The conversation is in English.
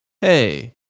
Hey